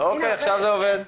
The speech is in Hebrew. אנחנו גם מודים לד"ר דראושה,